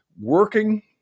working